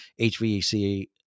HVAC